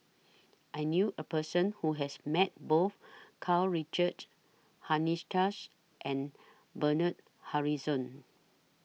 I knew A Person Who has Met Both Karl Richard and Bernard Harrison